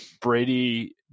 Brady